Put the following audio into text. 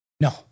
No